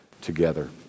together